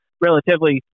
relatively